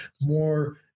more